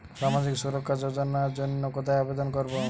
সামাজিক সুরক্ষা যোজনার জন্য কোথায় আবেদন করব?